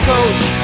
Coach